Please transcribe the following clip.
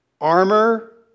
Armor